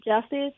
justice